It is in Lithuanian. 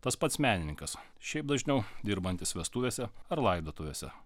tas pats menininkas šiaip dažniau dirbantis vestuvėse ar laidotuvėse